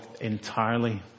entirely